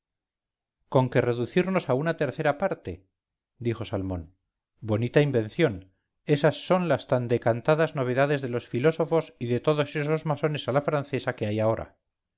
conque reducirnos a una tercera parte dijo salmón bonita invención esas son lastan decantadas novedades de los filósofos y de todos esos masones a la francesa que hay ahora